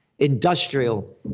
Industrial